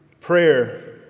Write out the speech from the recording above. prayer